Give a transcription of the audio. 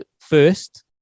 first